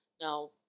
Now